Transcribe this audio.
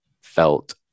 felt